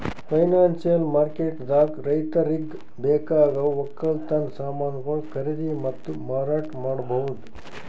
financial ಮಾರ್ಕೆಟ್ದಾಗ್ ರೈತರಿಗ್ ಬೇಕಾಗವ್ ವಕ್ಕಲತನ್ ಸಮಾನ್ಗೊಳು ಖರೀದಿ ಮತ್ತ್ ಮಾರಾಟ್ ಮಾಡ್ಬಹುದ್